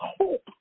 hope